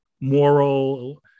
moral